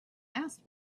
asked